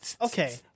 Okay